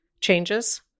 changes